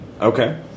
Okay